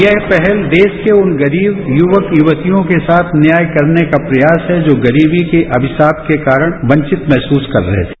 यह पहल देश के उन गरीब युवक युवतियोंके साथ न्याय करने का प्रयास है जो गरीबी के अमिशाप के कारण वंचित महसूस कर रहे थे